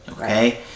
okay